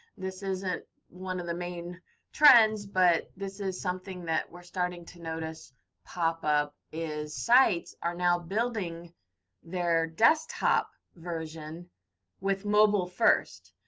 this isn't one of the main trends but this is something that we're starting to notice pop-up, is sites are now building their desktop version with mobile first.